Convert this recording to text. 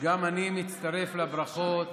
גם אני מצטרף לברכות